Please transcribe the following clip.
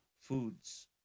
foods